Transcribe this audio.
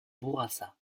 bourassa